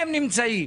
הם נמצאים